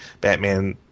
batman